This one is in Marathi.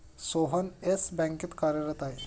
सोहन येस बँकेत कार्यरत आहे